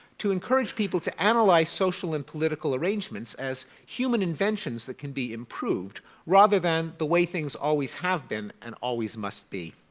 to encourage people to analyze social and political arrangements as human inventions that can be improved rather than the way things always have been and always must be.